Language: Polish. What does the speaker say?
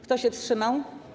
Kto się wstrzymał?